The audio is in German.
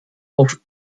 auf